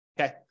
okay